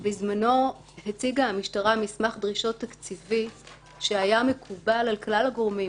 המשטרה הציגה בזמנו מסמך דרישות תקציבי שהיה מקובל על כלל הגורמים.